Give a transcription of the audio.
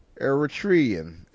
Eritrean